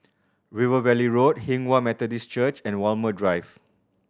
River Valley Road Hinghwa Methodist Church and Walmer Drive